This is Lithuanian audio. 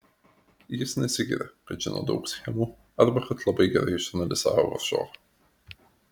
jis nesigiria kad žino daug schemų arba kad labai gerai išanalizavo varžovą